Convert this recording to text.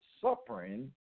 suffering